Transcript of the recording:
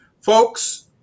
folks